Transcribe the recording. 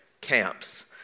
Camps